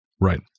Right